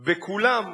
בכולם,